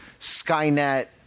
Skynet